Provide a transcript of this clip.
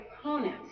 opponents